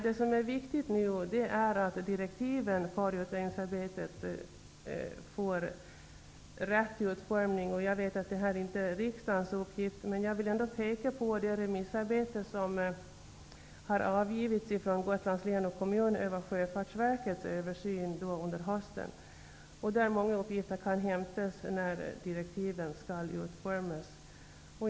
Det som är viktigt nu är att direktiven för utredningsarbetet får rätt utformning. Jag vet att det inte är riksdagens uppgift. Men jag vill ändå peka på det remissvar som har avgivits från Gotlands län och kommun över Sjöfartsverkets översyn under hösten. Många uppgifter kan hämtas därifrån när direktiven senare skall utformas.